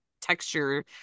texture